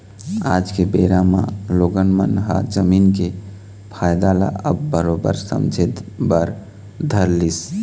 आज के बेरा म लोगन मन ह जमीन के फायदा ल अब बरोबर समझे बर धर लिस